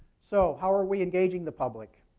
so how are we engaging the public?